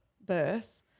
birth